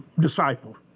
disciple